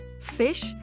fish